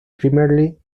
primarily